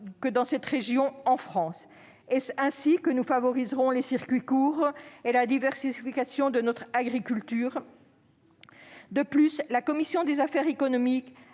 que dans cette région en France : est-ce ainsi que nous favoriserons les circuits courts et la diversification de notre agriculture ? De plus, la commission des affaires économiques